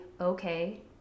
okay